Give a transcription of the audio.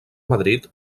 madrid